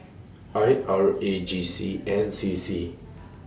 I R A G C and C C